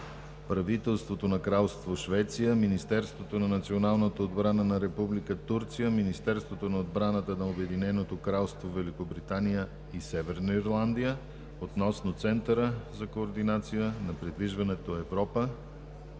Правителството на Кралство Швеция, Министерството на националната отбрана на Република Турция, Министерството на отбраната на Обединеното кралство Великобритания и Северна Ирландия относно Центъра за координация на придвижването „Европа”,